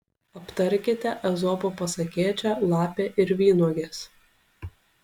aptarkite ezopo pasakėčią lapė ir vynuogės